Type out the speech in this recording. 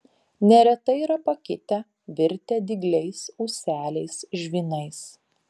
neretai yra pakitę virtę dygliais ūseliais žvynais